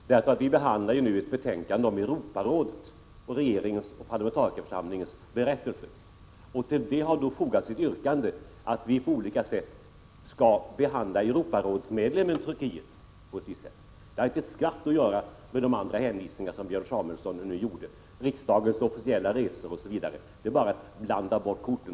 Herr talman! Jag förstår inte riktigt det senaste inlägget. Vi behandlar ju nu ett betänkande om Europarådet och regeringens och parlamentarikerförsamlingens berättelse. Till detta har fogats ett yrkande om att vi skall behandla Europarådsmedlemmen Turkiet på ett visst sätt. Det har inte ett skvatt att göra med de andra hänvisningar som Björn Samuelson nu gjorde till riksdagens officiella resor osv. Detta är bara att blanda bort korten.